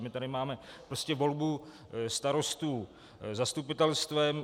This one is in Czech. My tady máme prostě volbu starostů zastupitelstvem.